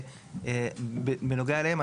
שבנוגע אליהם,